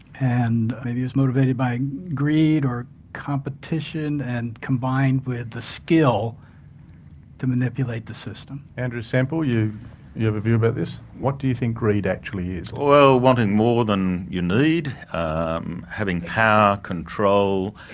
and maybe it's motivated by greed or competition and combined with the skill to manipulate the system. andrew sempell, you you have a view about this? what do you think greed actually is? well, wanting more than you need, um having power, control.